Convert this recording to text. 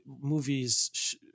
movies